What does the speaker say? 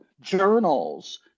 journals